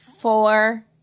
four